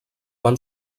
van